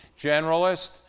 generalist